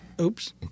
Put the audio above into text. Oops